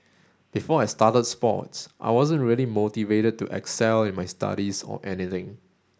before I started sports I wasn't really motivated to excel in my studies or anything